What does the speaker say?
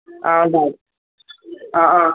ആണോ ആ ആ